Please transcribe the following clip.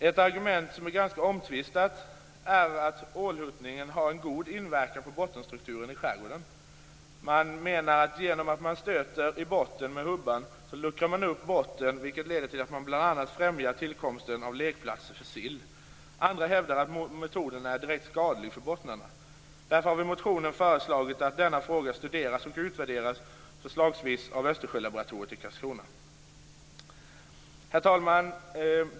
Ett argument, som är ganska omtvistat, är att ålhuttningen har en god inverkan på bottenstrukturen i skärgården. En del menar att genom att man stöter i bottnen med hubban luckrar man upp bottnen vilket leder till att man bl.a. främjar tillkomsten av lekplatser för sill. Andra hävdar att metoden är direkt skadlig för bottnarna. Därför har vi i motionen föreslagit att denna fråga studeras och utvärderas, förslagsvis av Herr talman!